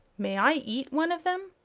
may i eat one of them?